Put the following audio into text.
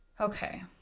Okay